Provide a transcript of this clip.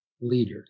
leader